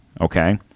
Okay